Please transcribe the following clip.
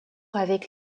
avec